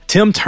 Tim